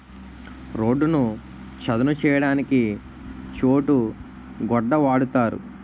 రోడ్డును చదును చేయడానికి చోటు గొడ్డ వాడుతారు